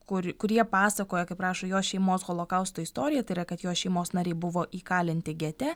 kur kurie pasakoja kaip rašo jos šeimos holokausto istoriją tai yra kad jos šeimos nariai buvo įkalinti gete